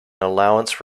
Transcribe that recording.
allowance